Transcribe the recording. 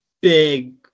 Big